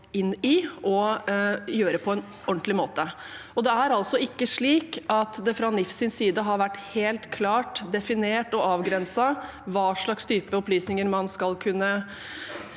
inn i og gjøre på en ordentlig måte. Det har ikke fra NIFs side vært helt klart definert og avgrenset hva slags type opplysninger man skal kunne